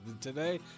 Today